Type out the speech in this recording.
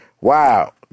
Wow